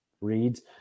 reads